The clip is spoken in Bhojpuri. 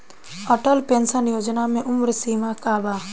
अटल पेंशन योजना मे उम्र सीमा का बा?